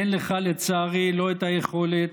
אין לך, לצערי, לא את היכולת,